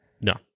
no